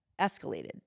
escalated